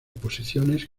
posiciones